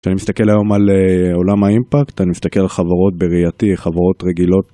כשאני מסתכל היום על אה.. עולם האימפקט, אני מסתכל על חברות בראייתי, חברות רגילות.